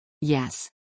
Yes